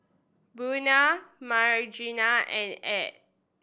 Buna Margery and Add